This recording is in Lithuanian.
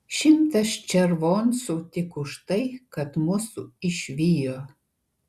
šimtas červoncų tik už tai kad mus išvijo